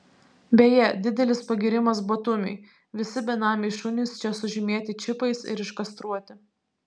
beje didelis pagyrimas batumiui visi benamiai šunys čia sužymėti čipais ir iškastruoti